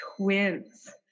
twins